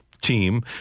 team